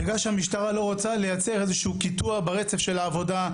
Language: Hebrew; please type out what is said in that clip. בגלל שהמשטרה לא רוצה לייצר איזשהו קיטוע ברצף של העבודה,